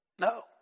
No